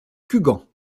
cugand